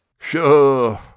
Sure